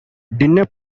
dinner